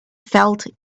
felt